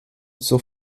zur